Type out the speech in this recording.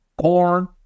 corn